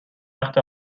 وقت